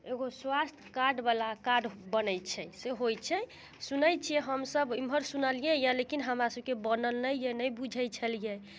एगो स्वास्थ्य कार्ड बला कार्ड बनैत छै से होइत छै सुनैत छियै हमसब एमहर सुनलियै यऽ लेकिन हमरा सबके बनल नहि यऽ नहि बूझैत छलियै